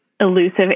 elusive